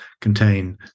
contain